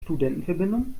studentenverbindung